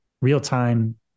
real-time